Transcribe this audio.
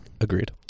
agreed